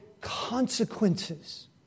consequences